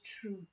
true